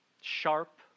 sharp